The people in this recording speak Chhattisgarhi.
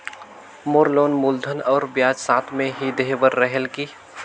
मोर लोन मूलधन और ब्याज साथ मे ही देहे बार रेहेल की?